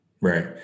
Right